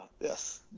yes